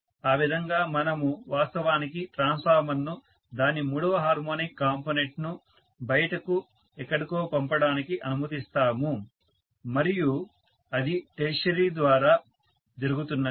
ఆ విధంగా మనము వాస్తవానికి ట్రాన్స్ఫార్మర్ ను దాని మూడవ హార్మోనిక్ కాంపోనెంట్ ను బయటకు ఎక్కడికో పంపడానికి అనుమతిస్తాము మరియు అది టెర్షియరీ ద్వారా జరుగుతున్నది